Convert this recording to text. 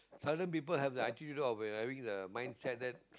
seldom people have the I think you know of having the mindset that